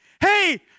Hey